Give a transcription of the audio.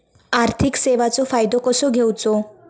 आर्थिक सेवाचो फायदो कसो घेवचो?